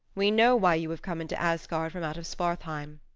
we know why you have come into asgard from out of svartheim,